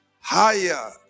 higher